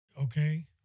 Okay